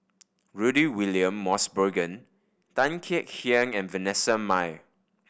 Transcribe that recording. Rudy William Mosbergen Tan Kek Hiang and Vanessa Mae